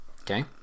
Okay